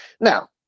Now